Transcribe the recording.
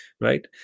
right